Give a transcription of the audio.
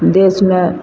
देशमे